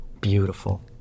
Beautiful